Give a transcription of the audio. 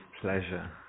pleasure